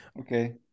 Okay